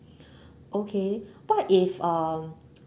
okay what if um